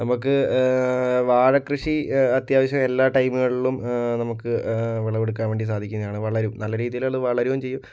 നമുക്ക് വാഴക്കൃഷി അത്യാവശ്യം എല്ലാ ടൈമുകളിലും നമുക്ക് വിളവെടുക്കാൻ വേണ്ടി സാധിക്കുന്നതാണ് വളരും നല്ല രീതിയിലത് വളരുകയും ചെയ്യും